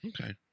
Okay